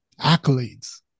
accolades